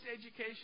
education